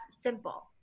simple